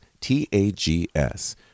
T-A-G-S